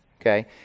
Okay